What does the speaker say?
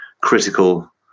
critical